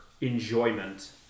enjoyment